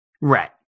right